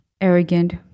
arrogant